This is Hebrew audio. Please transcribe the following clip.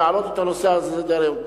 להעלות את הנושא על סדר-היום.